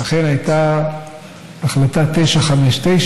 אכן, הייתה החלטה מס' 959,